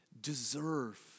deserve